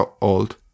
old